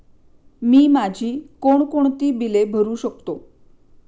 मी माझी कोणकोणती बिले भरू शकतो?